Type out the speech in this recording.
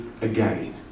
again